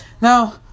Now